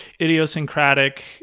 idiosyncratic